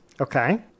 Okay